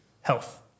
Health